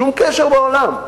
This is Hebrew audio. שום קשר בעולם.